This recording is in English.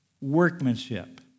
workmanship